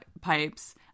pipes